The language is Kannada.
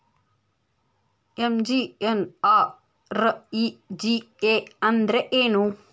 ಎಂ.ಜಿ.ಎನ್.ಆರ್.ಇ.ಜಿ.ಎ ಅಂದ್ರೆ ಏನು?